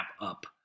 up